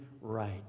right